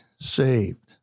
saved